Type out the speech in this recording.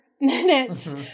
minutes